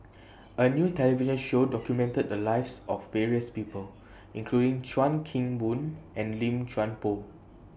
A New television Show documented The Lives of various People including Chuan Keng Boon and Lim Chuan Poh